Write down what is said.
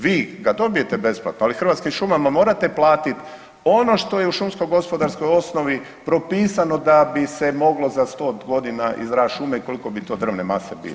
Vi, kad dobijete besplatno, ali Hrvatskim šumama morate platiti ono što je u šumsko-gospodarskoj osnovi propisano da bi se moglo za 100 godina izrast šume, koliko bi to drvne mase bilo.